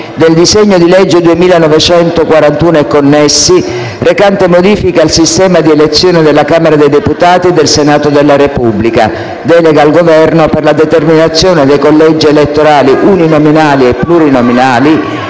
del disegno di legge n. 2941, recante: «Modifiche al sistema di elezione della Camera dei deputati e del Senato della Repubblica. Delega al Governo per la determinazione dei collegi elettorali uninominali e plurinominali»,